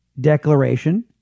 Declaration